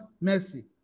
mercy